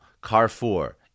Carrefour